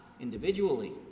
individually